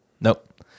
Nope